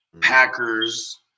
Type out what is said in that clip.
Packers